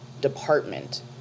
department